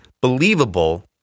believable